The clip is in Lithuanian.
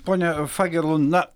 ponia fagerlund na